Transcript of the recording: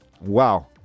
Wow